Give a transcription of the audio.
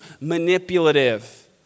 manipulative